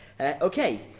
Okay